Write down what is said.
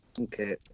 Okay